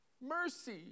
mercy